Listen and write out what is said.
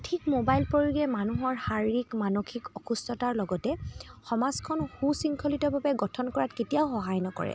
অধিক মোবাইল প্ৰয়োগে মানুহৰ শাৰীৰিক মানসিক অসুস্থতাৰ লগতে সমাজখন সুশৃংখলিতভাৱে গঠন কৰাত কেতিয়াও সহায় নকৰে